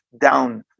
down